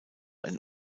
ein